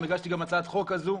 הגשתי גם הצעת חוק כזו.